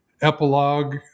epilogue